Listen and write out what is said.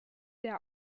der